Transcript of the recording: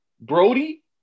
Brody